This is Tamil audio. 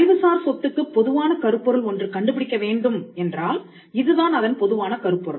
அறிவுசார் சொத்துக்குப் பொதுவான கருப்பொருள் ஒன்று கண்டுபிடிக்க வேண்டும் என்றால் இதுதான் அதன் பொதுவான கருப்பொருள்